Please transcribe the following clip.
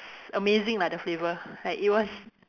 amazing lah the flavour like it was